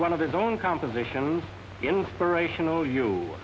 one of his own compositions inspirational you